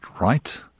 right